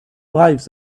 lives